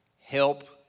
help